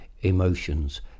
emotions